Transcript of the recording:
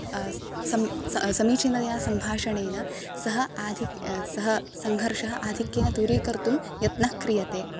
सम् समीचीनतया सम्भाषणेन सः आधिक् सः संघर्षः आधिक्येन दूरिकर्तुं यत्नः क्रियते